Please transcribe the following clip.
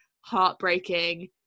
heartbreaking